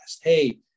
Hey